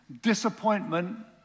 disappointment